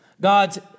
God's